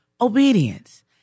obedience